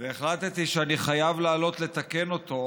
והחלטתי שאני חייב לעלות לתקן אותו,